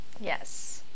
Yes